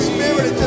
Spirit